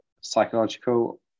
psychological